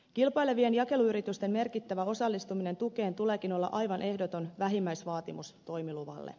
kilpailevien jakeluyritysten merkittävän osallistumisen tukeen tuleekin olla aivan ehdoton vähimmäisvaatimus toimiluvalle